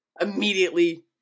immediately